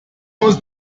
muss